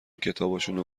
کتابشونو